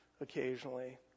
occasionally